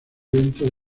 evento